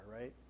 right